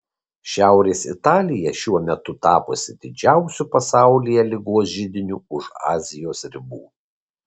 šiaurės italija šiuo metu tapusi didžiausiu pasaulyje ligos židiniu už azijos ribų